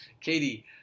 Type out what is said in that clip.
Katie